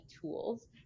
tools